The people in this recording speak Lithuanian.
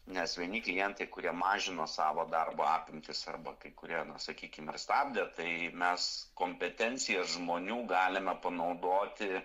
nes vieni klientai kurie mažino savo darbo apimtis arba kai kurie sakykim ir stabdė tai mes kompetenciją žmonių galime panaudoti